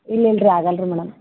ಇಲ್ಲ ಇಲ್ಲ ರೀ ಆಗಲ್ಲ ರೀ ಮೇಡಮ್